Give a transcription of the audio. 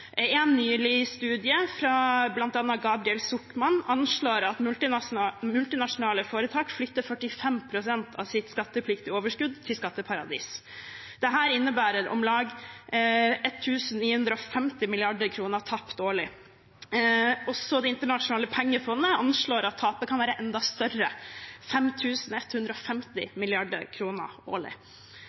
En nylig studie fra bl.a. Gabriel Zucman anslår at multinasjonale foretak flytter 45 pst. av sitt skattepliktige overskudd til skatteparadiser. Dette innebærer om lag 1 950 mrd. kr tapt årlig. Også Det internasjonale pengefondet anslår at tapet kan være enda større – 5 150 mrd. kr årlig.